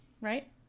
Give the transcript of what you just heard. right